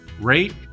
rate